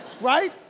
right